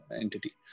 entity